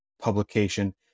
publication